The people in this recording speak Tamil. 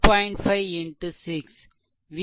5 x 6